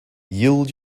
yield